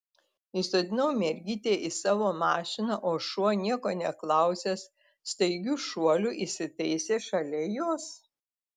įsodinau mergytę į savo mašiną o šuo nieko neklausęs staigiu šuoliu įsitaisė šalia jos